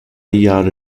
jahre